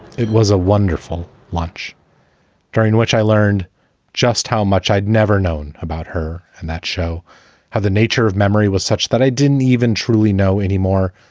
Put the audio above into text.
it was a wonderful lunch during which i learned just how much i'd never known about her. her. and that show how the nature of memory was such that i didn't even truly know anymore.